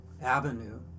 avenue